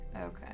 okay